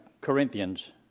Corinthians